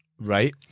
Right